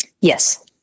Yes